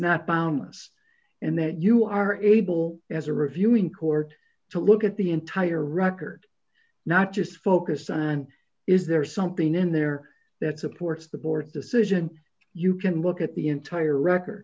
not boundless and that you are able as a reviewing court to look at the entire record not just focused on is there something in there that supports the board's decision you can look at the entire record